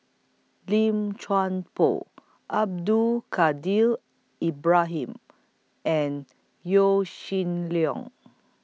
Lim Chuan Poh Abdul Kadir Ibrahim and Yaw Shin Leong